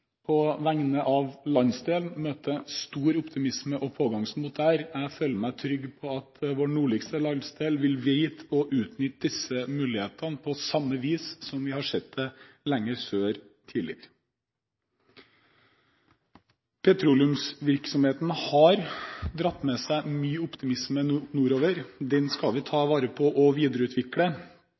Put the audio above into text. på vegne av landsdelen og møter stor optimisme og stort pågangsmot der. Jeg føler meg trygg på at vår nordligste landsdel vil vite å utnytte disse mulighetene på samme vis som vi tidligere har sett det lenger sør. Petroleumsvirksomheten har brakt med seg mye optimisme nordover. Den skal vi ta vare på og videreutvikle.